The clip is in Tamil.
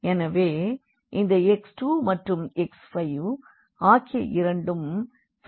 எனவே இந்த x2 மற்றும் x5 ஆகிய இவ்விரண்டும் ப்ரீ வேரியபிள்கள்